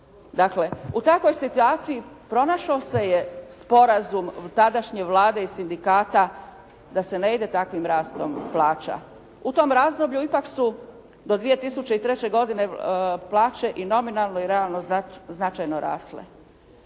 Dakle, u takvoj situaciji pronašao se je sporazum tadašnje Vlade i sindikata da se ne ide takvim rastom plaća. U tom razdoblju ipak su do 2003. godine plaće i nominalno i realno značajno rasle.